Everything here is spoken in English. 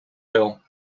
hill